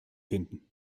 finden